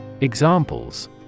Examples